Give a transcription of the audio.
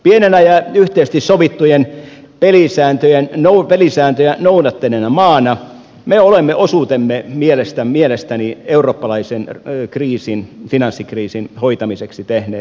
pienenä ja yhteisesti sovittuja pelisääntöjä noudattaneena maana me olemme osuutemme mielestäni eurooppalaisen kriisin finanssikriisin hoitamiseksi tehneet